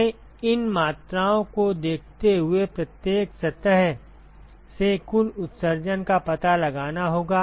हमें इन मात्राओं को देखते हुए प्रत्येक सतह से कुल उत्सर्जन का पता लगाना होगा